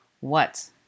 What